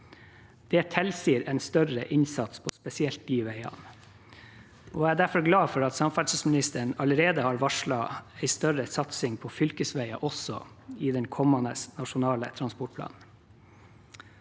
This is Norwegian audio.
Det tilsier en større innsats på spesielt de veiene. Jeg er derfor glad for at samferdselsministeren allerede har varslet en større satsing på fylkesveier også i den kommende nasjonale transportplanen.